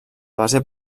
base